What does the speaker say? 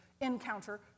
encounter